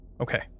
Okay